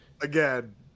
again